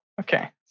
Okay